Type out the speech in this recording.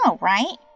right